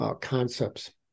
Concepts